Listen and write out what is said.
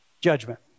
judgment